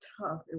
tough